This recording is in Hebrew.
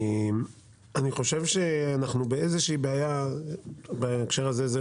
אני חושב שאנחנו באיזושהי בעיה בהקשר הזה,